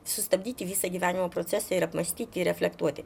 sustabdyti visą gyvenimo procesą ir apmąstyti ir reflektuoti